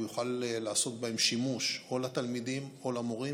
הוא יוכל לעשות בהם שימוש או לתלמידים או למורים,